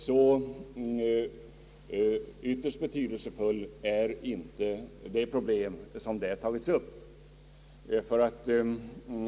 Så ytterst betydelsefullt är inte det problem som här tagits upp.